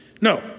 No